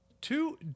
Two